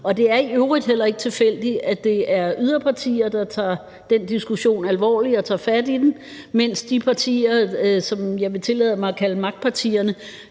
Det er i øvrigt heller ikke tilfældigt, at det er yderpartier, der tager den diskussion alvorligt og tager fat i den, mens de partier, som jeg vil tillade mig at kalde magtpartierne,